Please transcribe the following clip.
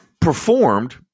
performed